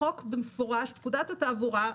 החוק במפורש פקודת התעבורה,